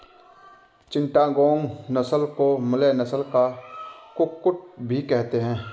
चिटागोंग नस्ल को मलय नस्ल का कुक्कुट भी कहते हैं